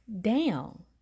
down